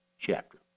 chapter